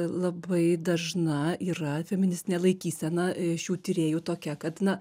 labai dažna yra feministinė laikysena šių tyrėjų tokia kad na